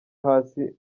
hasi